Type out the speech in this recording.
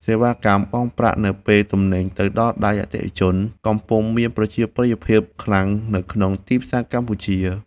សេវាកម្មបង់ប្រាក់នៅពេលទំនិញទៅដល់ដៃអតិថិជនកំពុងមានប្រជាប្រិយភាពខ្លាំងនៅក្នុងទីផ្សារកម្ពុជា។